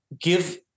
give